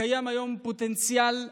שקיים היום פוטנציאל ענק.